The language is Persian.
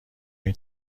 این